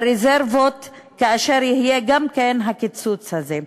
ברזרבות, כאשר יהיה גם כן הקיצוץ הזה?